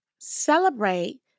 celebrate